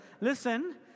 Listen